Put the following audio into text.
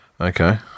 Okay